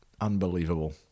unbelievable